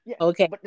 okay